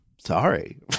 sorry